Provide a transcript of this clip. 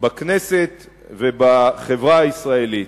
בכנסת ובחברה הישראלית.